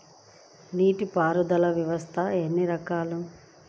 నీటిపారుదల వ్యవస్థలు ఎన్ని రకాలు?